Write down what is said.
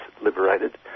liberated